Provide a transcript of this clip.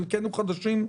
שחלקנו חדשים,